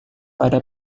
pada